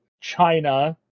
China